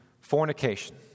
fornication